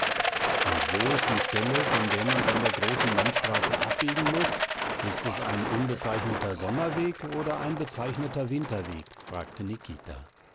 und wo ist die stelle wo man von der großen landstraße abbiegen muß ist es ein unbezeichneter sommerweg oder ein bezeichneter winterweg fragte nikita